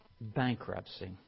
bankruptcy